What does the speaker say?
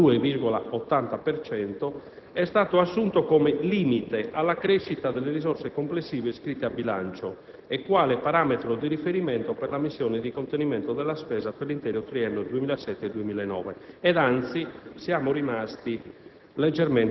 per cento è stato assunto come limite alla crescita delle risorse complessive iscritte a bilancio e quale parametro di riferimento per la missione di contenimento della spesa per l'intero triennio 2007-2009 e anzi siamo rimasti